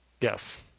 Yes